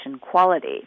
quality